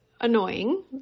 annoying